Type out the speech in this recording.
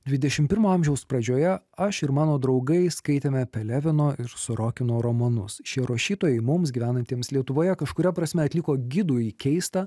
dvidešimt pirmo amžiaus pradžioje aš ir mano draugai skaitėme pelevino ir sorokino romanus šie rašytojai mums gyvenantiems lietuvoje kažkuria prasme atliko gidų į keistą